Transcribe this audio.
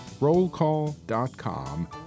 rollcall.com